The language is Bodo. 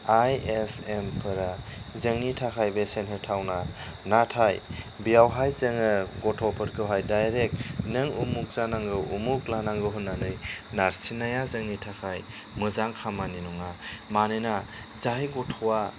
आइ एस एमफोरा जोंनि थाखाय बेसेन होथावना नाथाय बेय वहाय जोङो गथ'फोरखौहाय डाइरेक नों उमुग जानांगौ उमुग लानांगौ होन्नानै नारसिनाया जोंनि थाखाय मोजां खामानि नङा मानोना जाय गथ'वा